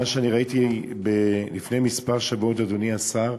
מה שאני ראיתי לפני כמה שבועות, אדוני השר,